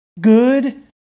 Good